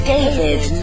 David